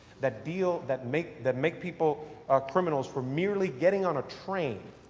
that deal, that make that make people criminals for merely getting on a train,